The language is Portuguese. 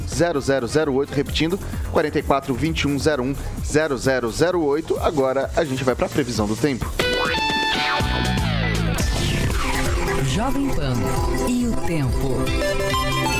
Zero zero zero oito, repetindo, 44-2101-0008. Agora a gente vai pra previsão do tempo. Jovem Pan e o tempo.